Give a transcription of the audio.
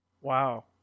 Wow